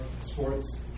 sports